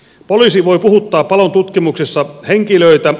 poliisi voi puhuttaa palontutkimuksessa henkilöitä